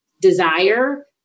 desire